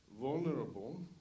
vulnerable